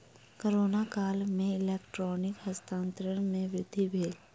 corona काल में electronic हस्तांतरण में वृद्धि भेल